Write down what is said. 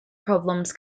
problems